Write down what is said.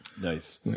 Nice